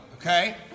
okay